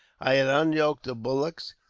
i had unyoked the bullocks,